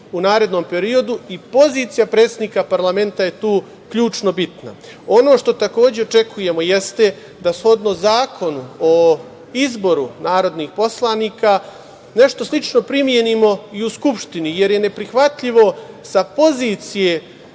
u narednom periodu i pozicija predsednika Parlamenta je tu ključno bitna. Ono što takođe očekujemo jeste da shodno Zakonu o izboru narodnih poslanika nešto slično primenimo i u Skupštini, jer je neprihvatljivo sa pozicije